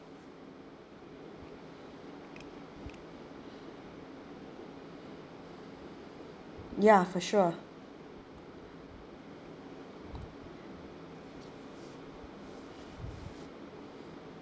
ya for sure